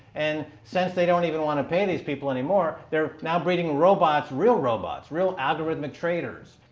and since they don't even want to pay these people anymore they are now breeding robots real robots real algorithmic traders.